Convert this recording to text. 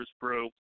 Brew